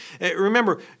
Remember